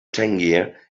tangier